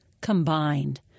combined